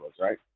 right